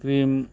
cream